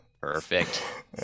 Perfect